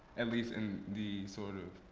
at least in the sort of